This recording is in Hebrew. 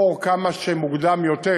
לבחור כמה שמוקדם יותר,